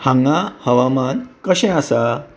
हांगा हवामान कशें आसा